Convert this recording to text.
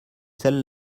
celle